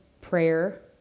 prayer